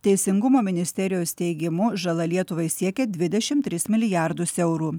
teisingumo ministerijos teigimu žala lietuvai siekia dvidešim tris milijardus eurų